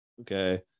Okay